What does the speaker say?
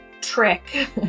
trick